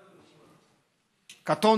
קטונתי.